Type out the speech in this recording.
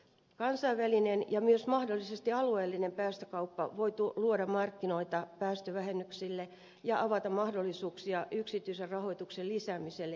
kansainvälinen ja myös mahdollisesti alueellinen päästökauppa voi luoda markkinoita päästövähennyksille ja avata mahdollisuuksia yksityisen rahoituksen lisäämiselle ilmastopolitiikkaan